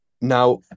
Now